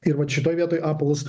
ir vat šitoj vietoj aplas